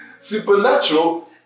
Supernatural